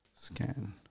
Scan